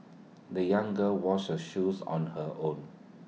the young girl washed her shoes on her own